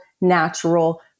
natural